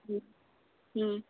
ᱦᱮᱸ ᱦᱮᱸ